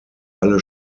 alle